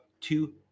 two